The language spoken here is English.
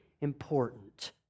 important